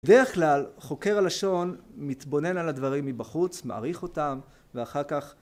בדרך כלל חוקר הלשון מתבונן על הדברים מבחוץ, מעריך אותם ואחר כך...